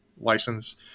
license